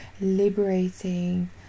liberating